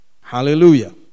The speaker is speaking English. Hallelujah